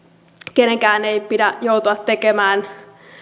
kenenkään ei pidä joutua tekemään